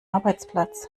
arbeitsplatz